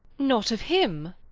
not of him?